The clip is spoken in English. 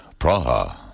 Praha